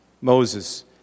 Moses